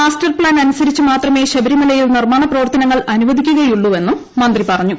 master plan അനുസരിച്ച് മാത്രമേ ശബരിമലയിൽ നിർമ്മാണ പ്രവർത്തനങ്ങൾ അനുവദിക്കുകയുള്ളൂവെന്നും മന്ത്രി പറഞ്ഞു